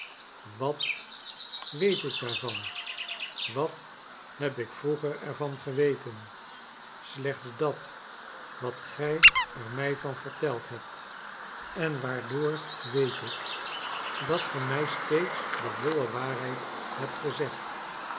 wat weet ik daarvan wat heb ik vroeger er van geweten slechts dat wat gij er mij van verteld hebt en waardoor weet ik dat ge mij steeds de volle waarheid hebt gezegd